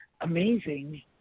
amazing